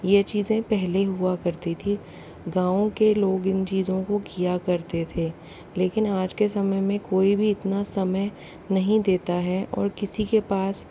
यह चीज़ें पहले हुआ करती थी गाँव के लोग इन चीज़ों को किया करते थे लेकिन आज के समय में कोई भी इतना समय नहीं देता है और किसी के पास